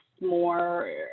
more